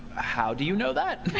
how do you know that?